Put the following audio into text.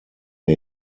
wir